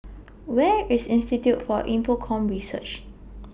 Where IS Institute For Infocomm Research